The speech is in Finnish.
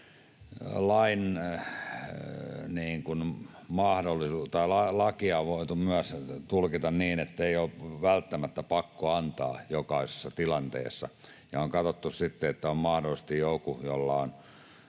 lakia on voitu myös tulkita niin, ettei ole välttämättä pakko antaa jokaisessa tilanteessa, ja on katsottu sitten, että mahdollisesti jollain